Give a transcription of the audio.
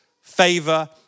favor